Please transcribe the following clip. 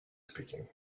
speaking